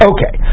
Okay